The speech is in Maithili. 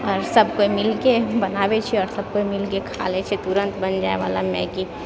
आओर सब कोइ मिलके बनाबै छियै आओर सब कोइ मिलके खाइ लै छियै तुरन्त बनि जाइ बला मैगी